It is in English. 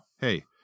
hey